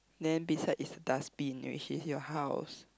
then beside is dustbin which is your house